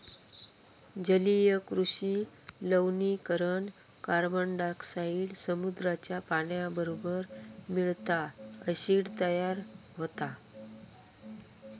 जलीय कृषि लवणीकरण कार्बनडायॉक्साईड समुद्राच्या पाण्याबरोबर मिळता, ॲसिड तयार होता